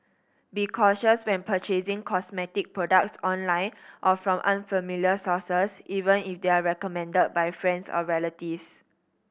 be cautious when purchasing cosmetic products online or from unfamiliar sources even if they are recommended by friends or relatives